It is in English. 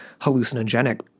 hallucinogenic